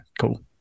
cool